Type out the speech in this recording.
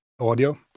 audio